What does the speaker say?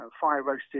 fire-roasted